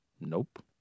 Nope